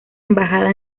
embajada